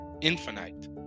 infinite